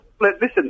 Listen